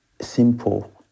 simple